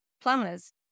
Plumbers